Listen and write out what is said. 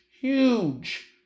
huge